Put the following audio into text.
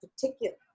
particular